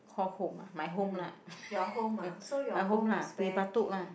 call home ah my home lah my home lah Bukit-Batok lah